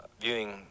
viewing